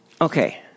okay